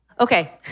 Okay